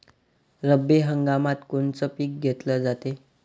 रब्बी हंगामात कोनचं पिक घेतलं जाते?